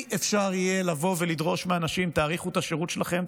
אי-אפשר יהיה לדרוש מאנשים: תאריכו את השירות שלכם,